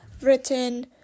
written